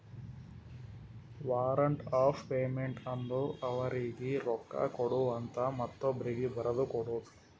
warrant of payment ಅಂದುರ್ ಅವರೀಗಿ ರೊಕ್ಕಾ ಕೊಡು ಅಂತ ಮತ್ತೊಬ್ರೀಗಿ ಬರದು ಕೊಡೋದು